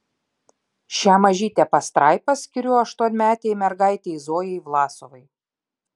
šią mažytę pastraipą skiriu aštuonmetei mergaitei zojai vlasovai